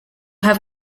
have